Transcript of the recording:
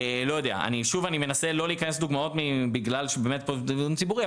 אני שוב מנסה לא להיכנס לדוגמאות בגלל שהדיון פה ציבורי,